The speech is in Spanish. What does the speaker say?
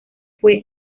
fue